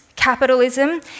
Capitalism